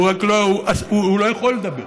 הוא לא יכול לדבר.